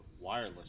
wireless